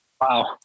Wow